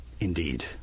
Indeed